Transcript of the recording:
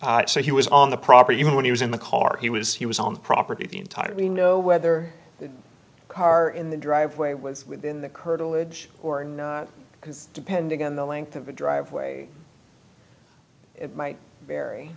driveway so he was on the property even when he was in the car he was he was on the property entirely know whether the car in the driveway was within the curtilage or because depending on the length of a driveway might ver